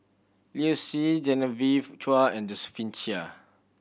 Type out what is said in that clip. Liu Si Genevieve Chua and Josephine Chia